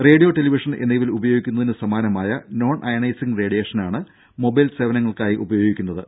radio television എന്നിവയിൽ ഉപയോഗിക്കുന്നതിന് സമാനമായ നോൺ അയണൈസിങ് റേഡിയേഷനാണ് മൊബൈൽ സേവനങ്ങൾക്കായി ഉപയോഗിക്കു ന്നത്